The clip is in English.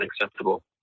unacceptable